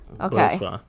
okay